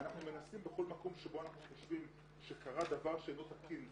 אנחנו מנסים בכל מקום שבו אנחנו חושבים שקרה דבר שאינו תקין,